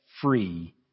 free